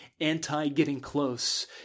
anti-getting-close